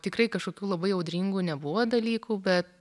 tikrai kažkokių labai audringų nebuvo dalykų bet